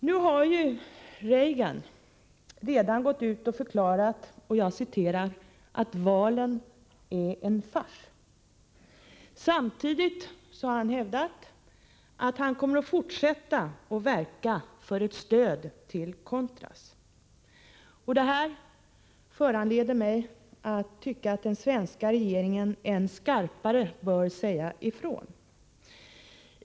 Nu har Reagan redan förklarat att ”valen är en fars”. Samtidigt har han hävdat att han kommer att fortsätta att verka för ett stöd till Contras. Detta föranleder mig att tycka att den svenska regeringen än skarpare bör säga ifrån.